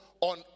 on